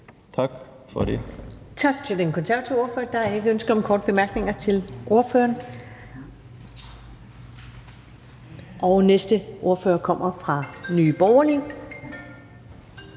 Ellemann): Tak til den konservative ordfører. Der er ikke ønske om korte bemærkninger til ordføreren. Næste ordfører kommer fra Nye Borgerlige.